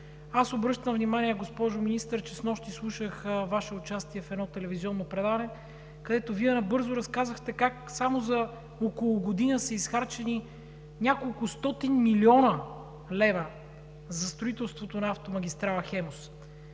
Аз обръщам внимание, госпожо Министър, че снощи слушах Ваше участие в едно телевизионно предаване, където Вие набързо разказахте как само за около година са изхарчени няколкостотин милиона лева за строителството на автомагистрала „Хемус“.